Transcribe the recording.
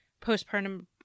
postpartum